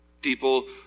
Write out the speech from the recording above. people